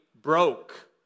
Broke